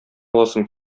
аласым